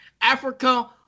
Africa